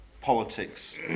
politics